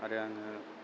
आरो आङो